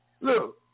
Look